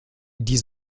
die